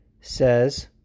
says